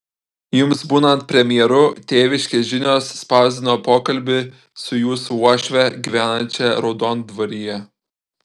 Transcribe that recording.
jums būnant premjeru tėviškės žinios spausdino pokalbį su jūsų uošve gyvenančia raudondvaryje